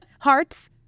hearts